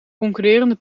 concurrerende